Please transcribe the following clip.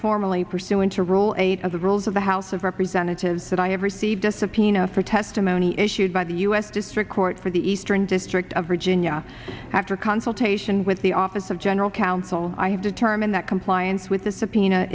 formally pursuant to roll eight of the rules of the house of representatives that i have received a subpoena for testimony issued by the u s district court for the eastern district of virginia after consultation with the office of general counsel i have determined that compliance with th